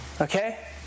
Okay